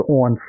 on